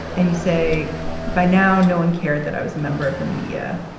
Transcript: and you say by now, no one cared that i was a member of the media.